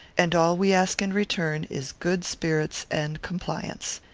and all we ask in return is good spirits and compliance.